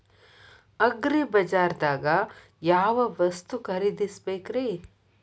ಅಗ್ರಿಬಜಾರ್ದಾಗ್ ಯಾವ ವಸ್ತು ಖರೇದಿಸಬೇಕ್ರಿ?